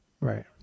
right